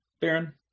Baron